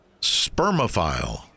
spermophile